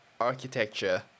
architecture